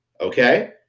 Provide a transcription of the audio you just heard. okay